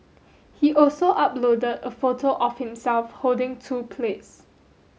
he also uploaded a photo of himself holding two plates